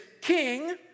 king